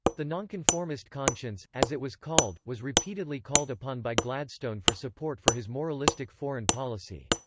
the nonconformist conscience, as it was called, was repeatedly called upon by gladstone for support for his moralistic foreign policy.